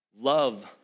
Love